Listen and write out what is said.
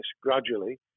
gradually